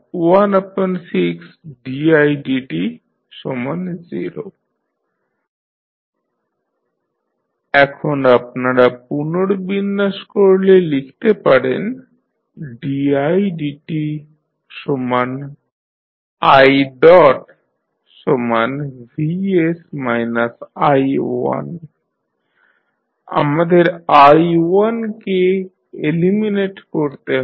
vsi116didt0 এখন আপনারা পুনর্বিন্যাস করলে লিখতে পারেন didtivs i1 আমাদের i1 কে এলিমিনেট করতে হবে